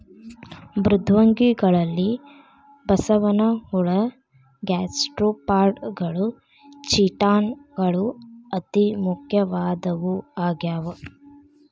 ಮೃದ್ವಂಗಿಗಳಲ್ಲಿ ಬಸವನಹುಳ ಗ್ಯಾಸ್ಟ್ರೋಪಾಡಗಳು ಚಿಟಾನ್ ಗಳು ಅತಿ ಪ್ರಮುಖವಾದವು ಆಗ್ಯಾವ